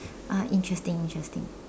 ah interesting interesting